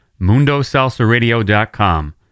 MundoSalsaRadio.com